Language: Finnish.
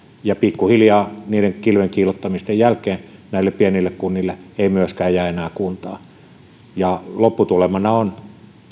ja pikku hiljaa niiden kilven kiillottamisten jälkeen näille pienille kunnille ei myöskään jää enää kuntaa lopputulemana on